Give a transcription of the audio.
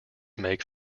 make